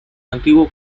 antiguo